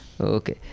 Okay